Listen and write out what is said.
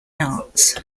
arts